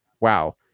Wow